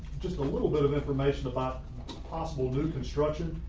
just a little bit of information about possible new construction.